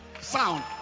sound